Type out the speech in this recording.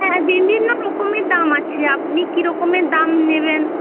হ্যাঁ বিভিন্ন ওরকমই দাম আছে আপনি কিরকমের দাম নেবেন